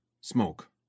smoke